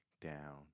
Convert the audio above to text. down